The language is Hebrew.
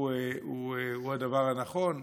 הוא הדבר הנכון.